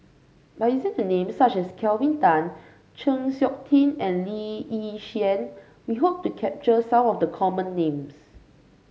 by using names such as Kelvin Tan Chng Seok Tin and Lee Yi Shyan we hope to capture some of the common names